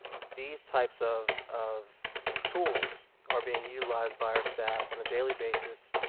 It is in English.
these types of of tools are being utilized by our staff on a daily basis,